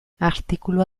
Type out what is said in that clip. artikulua